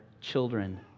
children